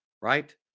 Right